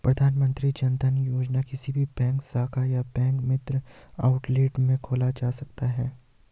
प्रधानमंत्री जनधन योजना किसी भी बैंक शाखा या बैंक मित्र आउटलेट में खोला जा सकता है